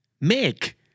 Make